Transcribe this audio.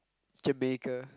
Jamaica